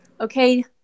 Okay